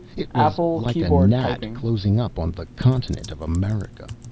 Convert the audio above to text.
it was like a gnat closing up on the continent of america.